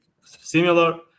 similar